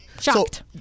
Shocked